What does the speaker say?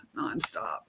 nonstop